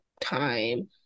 time